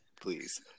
please